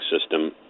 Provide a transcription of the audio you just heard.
system